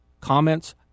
comments